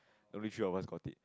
very sure I was got it